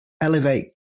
elevate